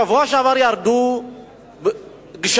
בשבוע שעבר ירדו גשמים.